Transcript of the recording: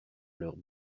leurs